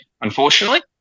unfortunately